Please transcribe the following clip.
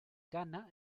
ghana